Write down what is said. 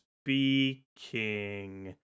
Speaking